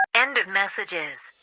end of messages